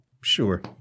sure